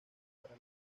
para